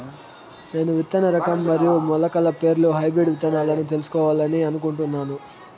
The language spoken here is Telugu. నేను విత్తన రకం మరియు మొలకల పేర్లు హైబ్రిడ్ విత్తనాలను తెలుసుకోవాలని అనుకుంటున్నాను?